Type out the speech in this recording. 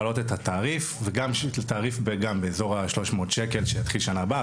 להעלות את התעריף וגם תעריף באזור ה-300 שקל שיתחיל שנה הבאה,